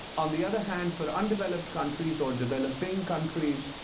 on the other hand, for undeveloped countries or developing countries,